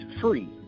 free